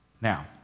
Now